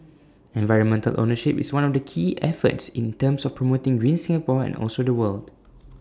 environmental ownership is one of the key efforts in terms of promoting green Singapore and also the world